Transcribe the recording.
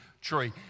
tree